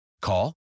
Call